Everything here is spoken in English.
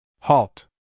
Halt